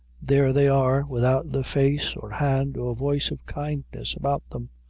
there they are, without the face, or hand, or voice of kindness about them.